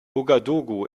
ouagadougou